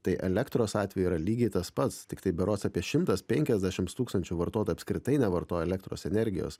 tai elektros atveju yra lygiai tas pats tiktai berods apie šimtas penkiasdešimt tūkstančių vartotojų apskritai nevartoja elektros energijos